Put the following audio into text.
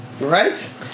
Right